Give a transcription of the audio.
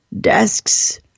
desks